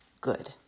good